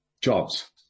jobs